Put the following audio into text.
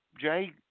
Jay